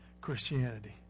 Christianity